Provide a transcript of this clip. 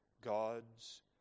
God's